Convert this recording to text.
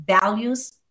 values